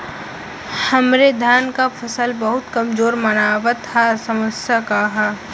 हमरे धान क फसल बहुत कमजोर मनावत ह समस्या का ह?